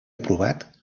aprovat